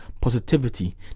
positivity